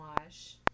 Wash